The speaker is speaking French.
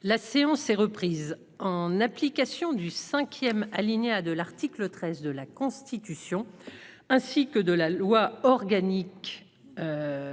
La séance est reprise en application du 5ème alinéa de l'article 13 de la Constitution. Ainsi que de la loi organique.